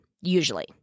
usually